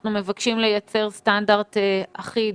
אנחנו מבקשים לייצר סטנדרט אחיד